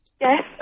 Yes